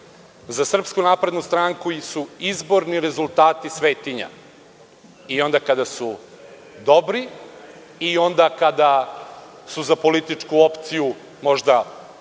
u budućnost. Za SNS su izborni rezultati svetinja, i onda kada su dobri, i onda kada su za političku opciju možda